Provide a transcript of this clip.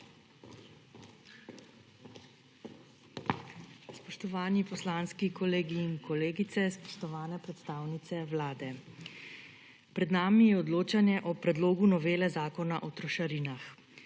Spoštovani poslanski kolegi in kolegice, spoštovane predstavnice Vlade! Pred nami je odločanje o Predlogu novele Zakona o trošarinah.